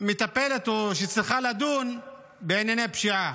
שמטפלת או שצריכה לדון בענייני פשיעה.